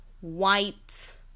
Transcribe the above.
white